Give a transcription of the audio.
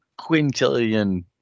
quintillion